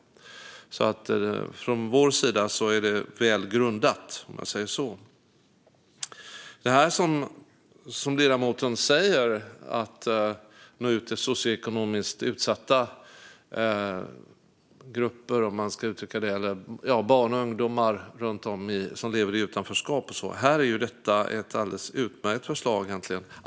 Så från vår sida är det väl grundat. Ledamoten talar om att nå ut till socioekonomiskt utsatta grupper - barn och ungdomar som lever i utanförskap. Detta är ett alldeles utmärkt förslag.